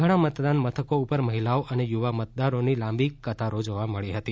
ઘણા મતદાન મથકો ઉપર મહિલાઓ અને યુવા મતદારોની લાંબી કતારો જોવા મળી હતી